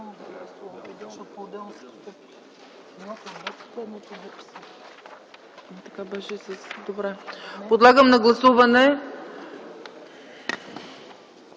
Подлагам на гласуване